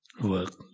work